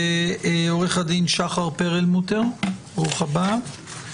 עורך הדין שחר פרלמוטר, ברוך הבא,